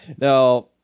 Now